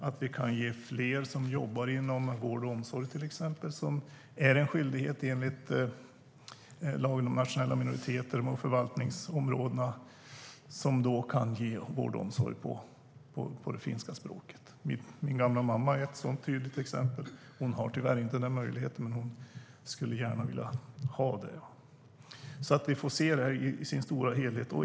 Vi behöver också se till att fler får möjlighet att ge vård och omsorg på finska språket, vilket är en skyldighet enligt lagen om nationella minoriteter på förvaltningsområdena. Min gamla mamma är ett sådant tydligt exempel. Hon har tyvärr inte den möjligheten, men hon skulle gärna vilja ha den. Vi får se det här i den stora helheten.